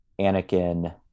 Anakin